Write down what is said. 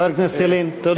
חבר הכנסת ילין, תודה.